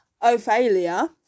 Ophelia